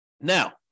Now